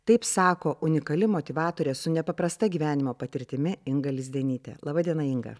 taip sako unikali motyvatorė su nepaprasta gyvenimo patirtimi inga lizdenytė laba diena inga